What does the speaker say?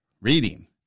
reading